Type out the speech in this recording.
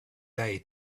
day